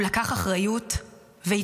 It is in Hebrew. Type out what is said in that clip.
הוא לקח אחריות והתפטר.